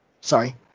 sorry